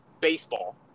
baseball